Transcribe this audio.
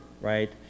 right